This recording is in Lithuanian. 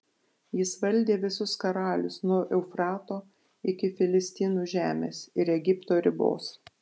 jis valdė visus karalius nuo eufrato iki filistinų žemės ir egipto ribos